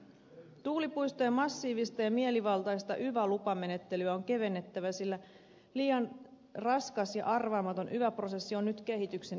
tuulipuistojen massiivista ja mielivaltaista yva lupamenettelyä on kevennettävä sillä liian raskas ja arvaamaton yva prosessi on nyt kehityksen esteenä